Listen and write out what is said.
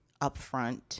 upfront